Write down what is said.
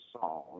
song